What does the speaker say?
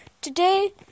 today